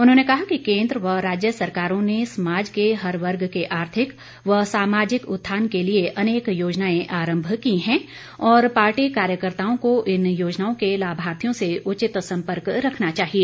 उन्होंने कहा कि केन्द्र व राज्य सरकारों ने समाज के हर वर्ग के आर्थिक व सामाजिक उत्थान के लिए अनेक योजनाएं आरंभ की है और पार्टी कार्यकर्ताओं को इन योजनाओं के लाभार्थियों से उचित सम्पर्क रखना चाहिए